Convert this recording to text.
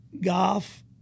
golf –